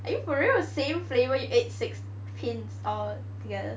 are you for real same flavour you ate six pints altogether